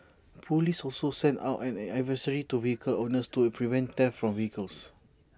Police also sent out an advisory to vehicle owners to prevent theft from vehicles